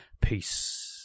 Peace